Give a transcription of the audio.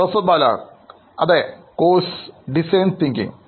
പ്രൊഫസർബാലകോഴ്സ് design thinking